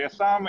היס"מ,